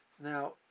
Now